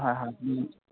হয় হয়